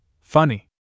Funny